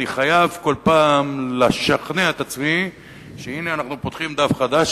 אני חייב כל פעם לשכנע את עצמי שהנה אנחנו פותחים דף חדש,